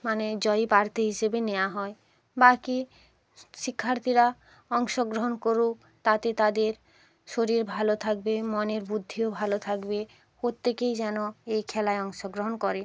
মানে জয়ী প্রার্থী হিসেবে নেওয়া হয় বাকি শিক্ষার্থীরা অংশগ্রহণ করুক তাতে তাদের শরীর ভালো থাকবে মনের বুদ্ধিও ভালো থাকবে প্রত্যেকেই যেন এই খেলায় অংশগ্রহণ করে